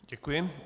Děkuji.